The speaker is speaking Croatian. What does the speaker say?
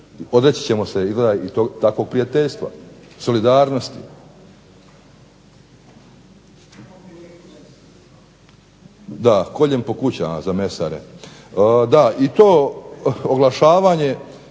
odreći i takvog prijateljstva, solidarnosti. Koljem po kućama, za mesare. I to oglašavanje